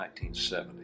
1970